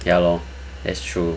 ya lor that's true